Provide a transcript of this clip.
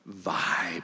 vibe